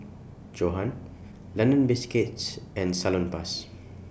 Johan London Biscuits and Salonpas